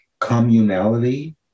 communality